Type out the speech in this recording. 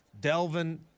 Delvin